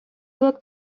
looked